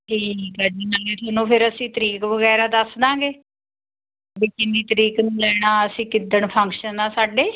ਠੀਕ ਹੈ ਜੀ ਨਹੀ ਅਸੀਂ ਇਹਨੂੰ ਫਿਰ ਅਸੀਂ ਤਾਰੀਕ ਵਗੈਰਾ ਦੱਸ ਦਾਂਗੇ ਵੀ ਕਿੰਨੀ ਤਰੀਕ ਨੂੰ ਲੈਣਾ ਅਸੀਂ ਕਿੱਦਣ ਫੰਕਸ਼ਨ ਆ ਸਾਡੇ